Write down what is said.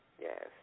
Yes